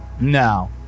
No